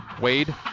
Wade